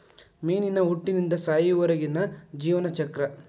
ಮೇನಿನ ಹುಟ್ಟಿನಿಂದ ಸಾಯುವರೆಗಿನ ಜೇವನ ಚಕ್ರ